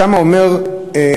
שם אומר הממ"ז,